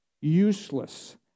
useless